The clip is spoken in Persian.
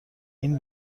این